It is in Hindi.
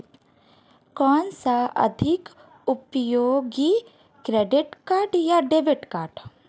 कौनसा अधिक उपयोगी क्रेडिट कार्ड या डेबिट कार्ड है?